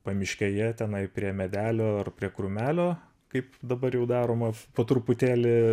pamiškėje tenai prie medelio ar prie krūmelio kaip dabar jau daroma po truputėlį